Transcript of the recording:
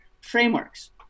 frameworks